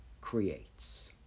creates